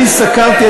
אני סקרתי,